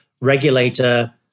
regulator